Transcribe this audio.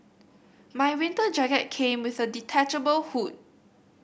my winter jacket came with a detachable hood